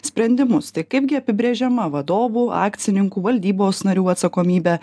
sprendimus tai kaipgi apibrėžiama vadovų akcininkų valdybos narių atsakomybė